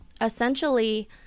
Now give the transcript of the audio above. Essentially